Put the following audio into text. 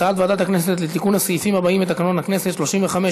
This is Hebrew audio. הצעת ועדת הכנסת לתיקון הסעיפים האלה בתקנון הכנסת: 35,